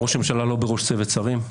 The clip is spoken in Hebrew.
ראש הממשלה לא בראש צוות שרים,